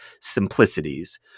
simplicities